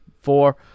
four